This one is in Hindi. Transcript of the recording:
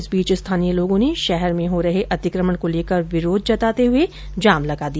इस बीच स्थानीय लोगों ने शहर में हो रहे अतिक्रमण को लेकर विरोध जताते हुए जाम लगा दिया